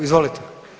Izvolite.